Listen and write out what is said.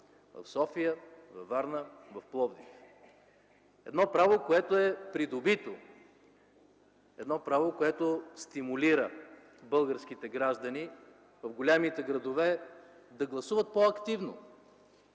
в София, във Варна, в Пловдив. Това е едно право, което е придобито, едно право, което стимулира българските граждани в големите градове да гласуват по-активно.